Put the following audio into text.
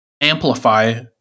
amplify